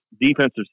defensive